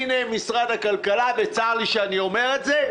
הנה משרד הכלכלה וצר לי שאני אומר את זה,